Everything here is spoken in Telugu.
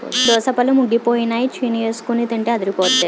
దోసపళ్ళు ముగ్గిపోయినై చీనీఎసికొని తింటే అదిరిపొద్దే